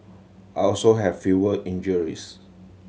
I also have fewer injuries